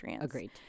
Agreed